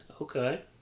Okay